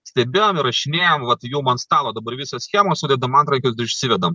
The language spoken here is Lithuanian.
stebėjom įrašinėjom vat jum ant stalo dabar visos schemos sudedam antrankius išsivedam